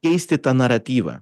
keisti tą naratyvą